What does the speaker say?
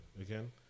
again